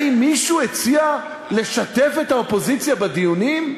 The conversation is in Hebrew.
האם מישהו הציע לשתף את האופוזיציה בדיונים?